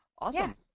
Awesome